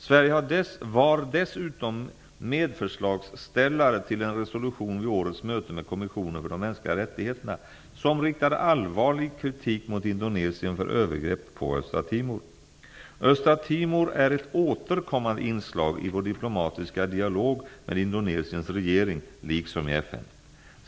Sverige var dessutom medförslagsställare till en resolution vid årets möte med kommissionen för de mänskliga rättigheterna som riktade allvarlig kritik mot Indonesien för övergrepp på Östra Timor. Östra Timor är ett återkommande inslag i vår diplomatiska dialog med Indonesiens regering, liksom i FN.